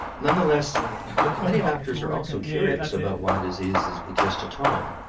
none the less many doctors are also curious about why disease exists at all.